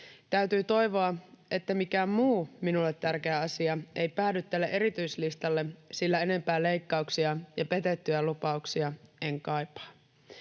Täytyy toivoa, että mikään muu minulle tärkeä asia ei päädy tälle erityislistalle, sillä enempää leikkauksia ja petettyjä lupauksia en kaipaa.